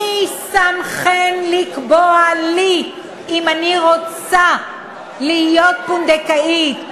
מי שמכם לקבוע לי אם אני רוצה להיות פונדקאית?